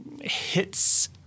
hits